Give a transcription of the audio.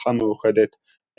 הממלכה המאוחדת,